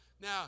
Now